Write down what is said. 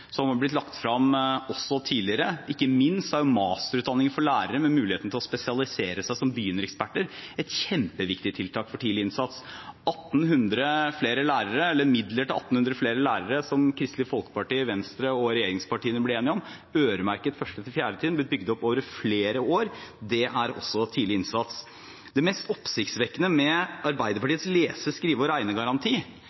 som er blitt lagt frem også tidligere. Ikke minst er masterutdanning for lærere med muligheten til å spesialisere seg som begynnereksperter et kjempeviktig tiltak for tidlig innsats. 1 800 flere lærere, eller midler til 1 800 flere lærere, som Kristelig Folkeparti, Venstre og regjeringspartiene ble enig om, øremerket 1.–4. trinn og bygd opp over flere år, det er også tidlig innsats. Det mest oppsiktsvekkende med